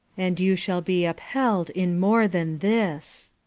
and you shall be upheld in more than this!